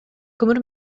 көмүр